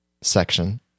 section